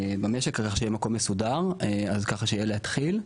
במשק, כך שיש מקום מסודר, כך שיהיה אפשר להתחיל.